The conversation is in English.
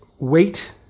weight